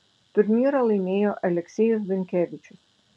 turnyrą laimėjo aleksejus dunkevičius